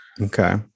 Okay